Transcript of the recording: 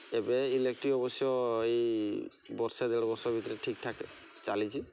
ଏବେ ଏଲେକ୍ଟ୍ରି ଅବଶ୍ୟ ଏହି ବର୍ଷେ ଦେଢ଼ ବର୍ଷ ଭିତରେ ଠିକ୍ ଠାକ୍ ଚାଲିଛି